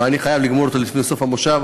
ואני חייב לגמור אותו לפני סוף המושב.